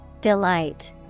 Delight